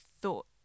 thought